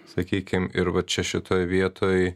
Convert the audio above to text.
sakykim ir va čia šitoj vietoj